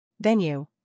Venue